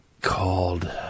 called